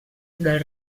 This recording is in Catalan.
del